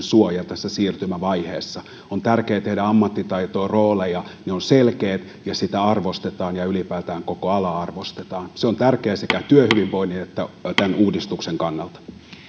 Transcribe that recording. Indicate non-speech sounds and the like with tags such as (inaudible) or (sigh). (unintelligible) suoja tässä siirtymävaiheessa on tärkeää tehdä ammattitaitoa rooleja ja ne ovat selkeät ja sitä arvostetaan ja ylipäätään koko alaa arvostetaan se on tärkeää sekä työhyvinvoinnin että tämän uudistuksen kannalta